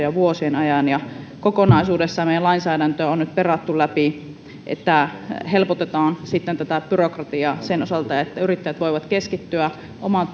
jo vuosien ajan kokonaisuudessaan meidän lainsäädäntö on nyt perattu läpi niin että helpotetaan tätä byrokratiaa sen osalta että yrittäjät voivat keskittyä omaan